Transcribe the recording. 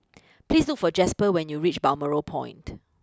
please look for Jasper when you reach Balmoral Point